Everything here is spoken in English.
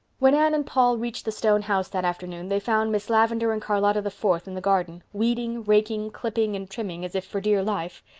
when anne and paul reached the stone house that afternoon they found miss lavendar and charlotta the fourth in the garden, weeding, raking, clipping, and trimming as if for dear life.